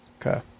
Okay